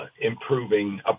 improving